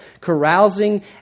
carousing